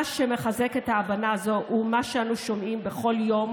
מה שמחזק את ההבנה הזו הוא מה שאנו שומעים בכל יום